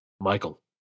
Michael